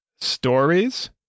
stories